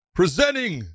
presenting